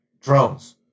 Drones